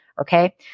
Okay